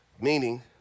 meaning